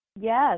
Yes